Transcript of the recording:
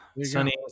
Sunny